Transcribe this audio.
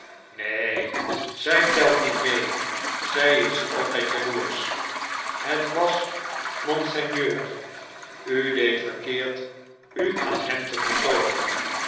nee zij telt niet mee zij is altijd jaloersch het was monseigneur u deed verkeerd u aan hem te vertoonen